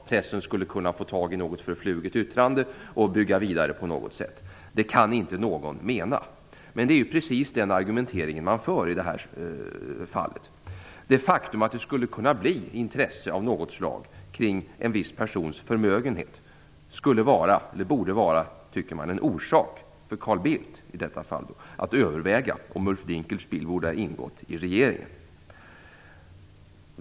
Pressen skulle ha kunnat få tag i något förfluget yttrande och byggt vidare på det. Det kan inte någon mena. Men det är precis den argumenteringen man för i detta fall. Det faktum att det skulle kunna bli intresse av något slag kring en viss persons förmögenhet borde, tycker man, ha varit en orsak för Carl Bildt i detta fall att överväga om Ulf Dinkelspiel borde ha ingått i regeringen.